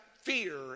fear